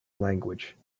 language